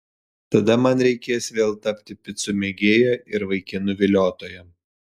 tada man reikės vėl tapti picų mėgėja ir vaikinų viliotoja